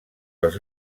les